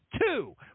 two